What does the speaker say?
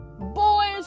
boys